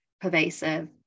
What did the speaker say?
pervasive